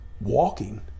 walking